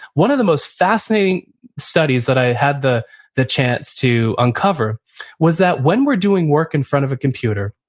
one of the most fascinating studies that i had the the chance to uncover was that when we're doing work in front of a computer,